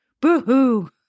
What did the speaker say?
Boo-hoo